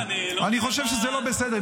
אני חושב שזה לא בסדר.